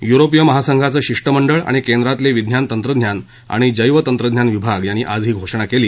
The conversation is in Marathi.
यूरोपीय महासंघाचं शिष्टमंडळ आणि केंद्रातले विज्ञान तंत्रज्ञान आणि जैवतंत्रज्ञान विभाग यांनी आज ही घोषणा केली